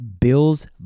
Bill's